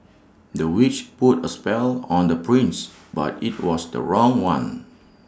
the witch put A spell on the prince but IT was the wrong one